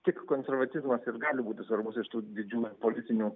tik konservatizmas ir gali būti svarbus iš tų didžiųjų politinių